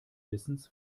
wissens